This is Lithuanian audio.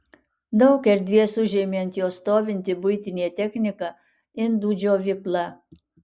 daug erdvės užėmė ant jo stovinti buitinė technika indų džiovykla